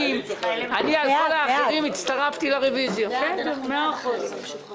אני הצטרפתי לרוויזיה על כל האחרים.